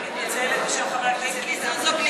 אני מתנצלת בשם חבר הכנסת ביטן,